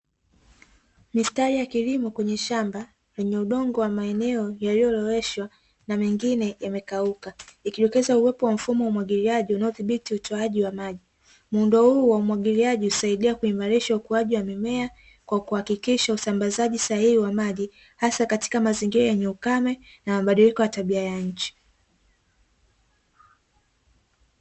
Mistari ya kilimo kwenye shamba lenye udongo wa maeneo yaliyoloweshwa na mengine yamekauka, ikidokeza uwepo wa mfumo umwagiliaji unaodhibiti utoaji wa maji. Muundo huu wa umwagiliaji husaidia kuimarisha ukuaji wa mimea, kwa kuhakikisha usambazaji sahihi wa maji hasa katika mazingira yenye ukame na mabadiliko ya tabia ya nchi.